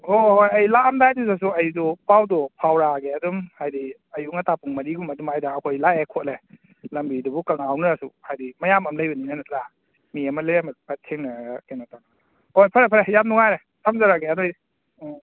ꯍꯣꯏ ꯍꯣꯏ ꯍꯣꯏ ꯑꯩ ꯂꯥꯛꯑꯝꯗꯥꯏꯗꯨꯗꯁꯨ ꯑꯩꯁꯨ ꯄꯥꯎꯗꯨ ꯐꯥꯎꯔꯛꯑꯒꯦ ꯑꯗꯨꯝ ꯍꯥꯏꯗꯤ ꯑꯌꯨꯛ ꯉꯟꯇꯥ ꯄꯨꯡ ꯃꯔꯤꯒꯨꯝꯕ ꯑꯗꯨꯋꯥꯏꯗ ꯑꯩꯈꯣꯏ ꯂꯥꯛꯑꯦ ꯈꯣꯠꯂꯦ ꯂꯝꯕꯤꯗꯨꯕꯨ ꯀꯛꯉꯥꯎꯅꯔꯁꯨ ꯍꯥꯏꯗꯤ ꯃꯌꯥꯝ ꯑꯃ ꯂꯩꯕꯅꯤꯅ ꯅꯠꯇ꯭ꯔꯥ ꯃꯤ ꯑꯃ ꯂꯩꯔꯝꯃꯁꯨ ꯈꯔ ꯊꯦꯡꯅꯔꯒ ꯀꯩꯅꯣ ꯇꯧꯔꯒ ꯍꯣꯏ ꯐꯔꯦ ꯐꯔꯦ ꯌꯥꯝ ꯅꯨꯡꯉꯥꯏꯔꯦ ꯊꯝꯖꯔꯒꯦ ꯑꯗꯨꯏꯗꯤ ꯎꯝ